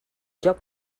joc